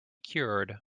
cured